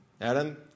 Adam